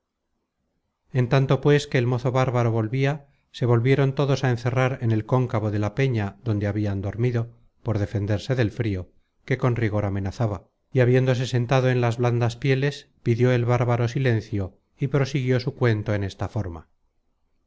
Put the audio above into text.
en tanto pues que el mozo bárbaro volvia se volvieron todos á encerrar en el cóncavo de la peña donde habian dormido por defenderse del frio que con rigor amenazaba y habiéndose sentado en las blandas pieles pidió el bárbaro silencio y prosiguió su cuento en esta forma